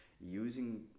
using